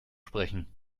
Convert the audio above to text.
sprechen